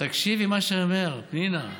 תקשיבי למה שאני אומר, פנינה,